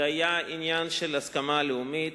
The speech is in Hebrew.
זה היה עניין של הסכמה לאומית,